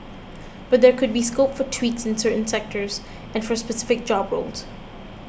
but there could be scope for tweaks in certain sectors and for specific job roles